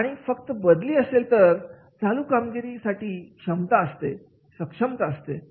आणि जर फक्त बदली असेल तर चालू कामगिरीसाठी सक्षमता असते